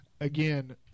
Again